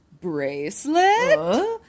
bracelet